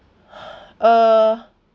uh